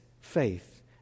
faith